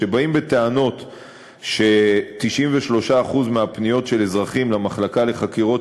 כשבאים בטענות ש-93% מהפניות של אזרחים למחלקה לחקירות